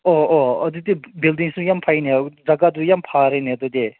ꯑꯣ ꯑꯣ ꯑꯗꯨꯗꯤ ꯕꯤꯜꯗꯤꯡꯁꯨ ꯌꯥꯝ ꯐꯩꯅꯦ ꯖꯒꯥꯗꯨ ꯌꯥꯝ ꯐꯔꯦꯅꯦ ꯑꯗꯨꯗꯤ